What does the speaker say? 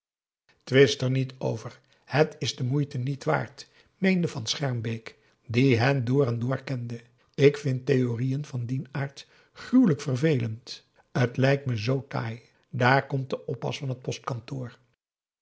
twist er niet over het is de moeite niet waard meende van schermbeek die hen door en door kende ik vind theorieën van dien aard gruwelijk vervelend t lijkt me zoo taai daar komt de o p p